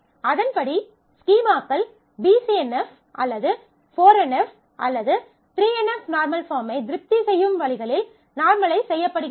அதன்படி ஸ்கீமாக்கள் BCNF அல்லது 4 NF அல்லது 3 NF நார்மல் பாஃர்ம்மை திருப்தி செய்யும் வழிகளில் நார்மலைஸ் செய்யப்படுகின்றன